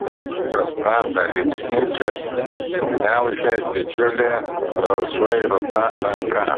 jo sprandą lyg žnyplės sugniaužė didžiulė rausvai ruda ranka